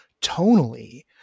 tonally –